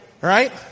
Right